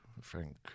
Frank